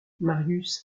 marius